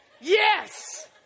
Yes